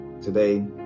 today